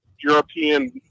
European